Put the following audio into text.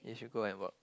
you should go and work